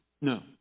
No